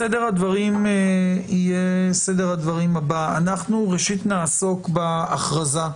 סדר הדברים יהיה סדר הדברים הבא: ראשית נעסוק בהכרזה.